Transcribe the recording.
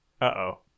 uh-oh